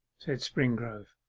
said springrove.